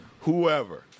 Whoever